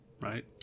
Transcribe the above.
right